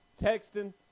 texting